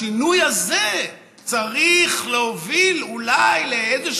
השינוי הזה צריך להוביל אולי לאיזו